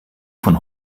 von